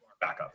backup